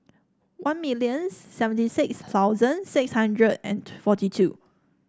one million seventy six thousand six hundred and forty two